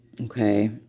Okay